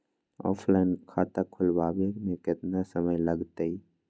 Offline खाता खुलबाबे में केतना समय लगतई?